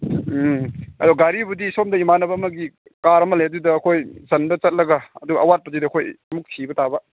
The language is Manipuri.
ꯎꯝ ꯑꯗꯨ ꯒꯥꯔꯤꯕꯨꯗꯤ ꯁꯣꯝꯗ ꯏꯃꯥꯟꯅꯕ ꯑꯃꯒꯤ ꯀꯥꯔ ꯑꯃ ꯂꯩ ꯑꯗꯨꯗ ꯑꯩꯈꯣꯏ ꯆꯟꯕ ꯆꯠꯂꯒ ꯑꯗꯨ ꯑꯋꯥꯠꯄꯗꯨꯗꯤ ꯑꯩꯈꯣꯏ ꯑꯃꯨꯛ ꯊꯤꯕ ꯇꯥꯕ